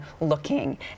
looking